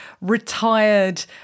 retired